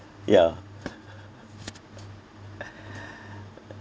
yeah